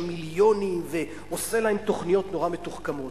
מיליונים ועושה להם תוכניות נורא מתוחכמות.